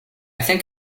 think